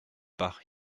pas